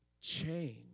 Change